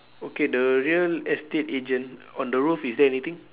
okay the real estate agent on the roof is there anything